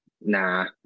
nah